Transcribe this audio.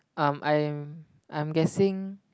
um I am I'm guessing